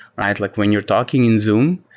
and like when you're talking in zoom,